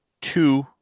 two